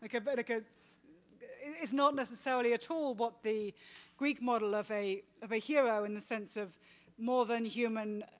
like but like ah it's not necessarily at all what the greek model of a of a hero in the sense of more than human,